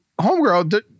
homegirl